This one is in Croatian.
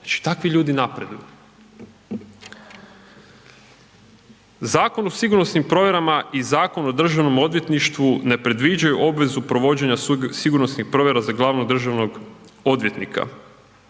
Znači, takvi ljudi napreduju. Zakon o sigurnosnim provjerama i Zakon o Državnom odvjetništvu ne predviđaju obvezu provođenja sigurnosnih provjera za glavnog državnog odvjetnika.